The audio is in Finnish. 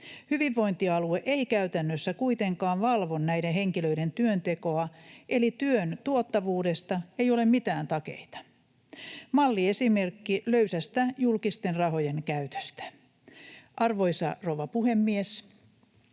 Hyvinvointialue ei käytännössä kuitenkaan valvo näiden henkilöiden työntekoa, eli työn tuottavuudesta ei ole mitään takeita — malliesimerkki löysästä julkisten rahojen käytöstä. Arvoisa rouva puhemies!